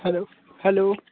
hello hello